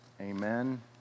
Amen